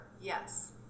yes